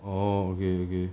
orh okay okay